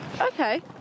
okay